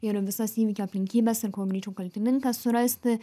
ir visas įvykio aplinkybes ir kuo greičiau kaltininką surasti